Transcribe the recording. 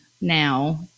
now